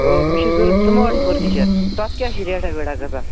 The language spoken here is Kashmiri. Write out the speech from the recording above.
او مےٚ چھُ ضروٗرت سُمارٹ فٔرنیٖچَر تَتھ کیٛاہ چھُ ریٹا ویٹا گژھان